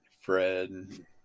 Fred